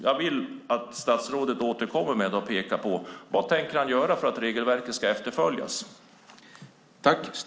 Jag vill att statsrådet ska peka på vad han tänker göra för att regelverket ska efterföljas.